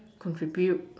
contribute